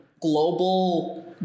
global